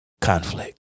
conflict